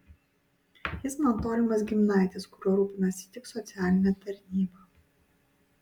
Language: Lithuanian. jis man tolimas giminaitis kuriuo rūpinasi tik socialinė tarnyba